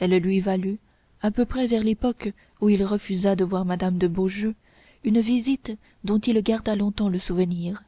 elle lui valut à peu près vers l'époque où il refusa de voir madame de beaujeu une visite dont il garda longtemps le souvenir